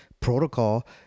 protocol